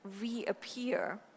reappear